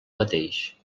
mateix